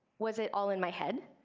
was it all in my head?